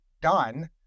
done